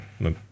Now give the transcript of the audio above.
look